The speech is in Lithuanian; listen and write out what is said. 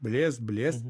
blės blės